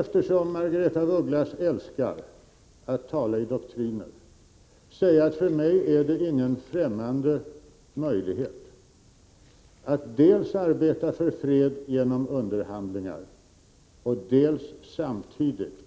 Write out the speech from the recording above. Eftersom Margaretha af Ugglas älskar att tala i doktriner vill jag säga att det för mig inte är något främmande att som en doktrin ställa upp möjligheten att dels arbeta för fred genom underhandlingar, dels samtidigt